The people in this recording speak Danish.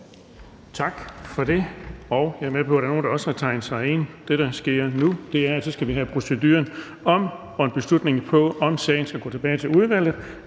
Tak for det. Jeg er med på, at der også er nogen, der har tegnet sig ind. Det, der sker nu, er, at vi skal følge en procedure og tage en beslutning om, hvorvidt sagen skal gå tilbage til udvalget,